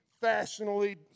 fashionably